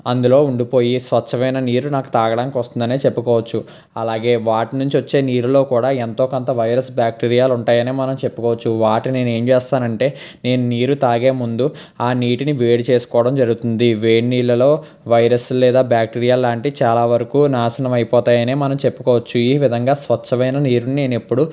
అందులో ఉండిపోయి స్వచ్ఛమైన నీరు నాకు తాగడానికి వస్తుందని చెప్పుకోవచ్చు అలాగే వాటి నుంచి వచ్చే నీరులో కూడా ఎంతో కొంత వైరస్ బ్యాక్టీరియాలు ఉంటాయని మనం చెప్పుకోవచ్చు వాటిని నేను ఏం చేస్తానంటే నేను నీరు తాగే ముందు ఆ నీటిని వేడి చేసుకోవడం జరుగుతుంది వేడినీళ్లలో వైరస్ లేదా బ్యాక్టీరియా లాంటి చాలావరకు నాశనం అయిపోతాయని మనం చెప్పుకోవచ్చు ఈ విధంగా స్వచ్ఛమైన నీరుని నేనెప్పుడూ